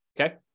okay